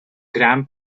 gram